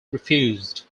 refused